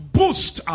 Boost